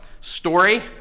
story